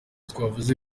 twavuze